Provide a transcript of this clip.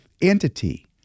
entity